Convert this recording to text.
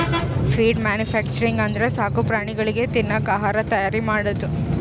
feed manufacturing ಅಂದ್ರ ಸಾಕು ಪ್ರಾಣಿಗಳಿಗ್ ತಿನ್ನಕ್ ಆಹಾರ್ ತೈಯಾರ್ ಮಾಡದು